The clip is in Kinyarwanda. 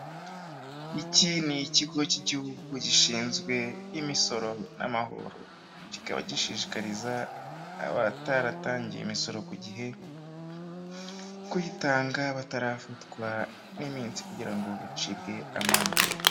Iki ni ikigo cy'igihugu gishinzwe imisoro n'amahoro kikaba gishishikariza abataratangiye imisoro ku gihe; kuyitanga batarafatwa n'iminsi kugira ngo bacibwe amande.